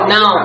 no